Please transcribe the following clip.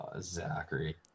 zachary